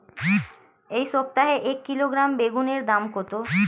এই সপ্তাহে এক কিলোগ্রাম বেগুন এর দাম কত?